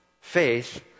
Faith